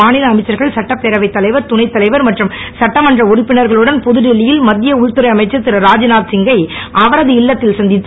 மாநில அமைச்சர்கள் சட்டப்பேரவைத் தலைவர் துணைத்தலைவர் மற்றும் சட்டமன்ற உறுப்பினர்களுடன் புதுடில்லி யில் மத்திய உள்துறை அமைச்சர் இருராக்நாத் சிங் கை அவரது இல்லத்தில் சந்தித்து